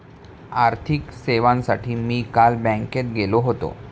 आर्थिक सेवांसाठी मी काल बँकेत गेलो होतो